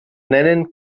nennen